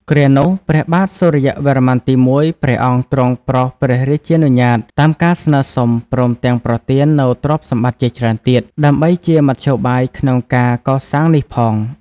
គ្រានោះ ព្រះបាទសុរ្យវរ្ម័នទី១ ព្រះអង្គទ្រង់ប្រោសព្រះរាជានុញ្ញាតតាមការស្នើសុំ ព្រមទាំងប្រទាននូវទ្រព្យសម្បត្តិជាច្រើនទៀត ដើម្បីជាមធ្យោបាយក្នុងការកសាងនេះផង ។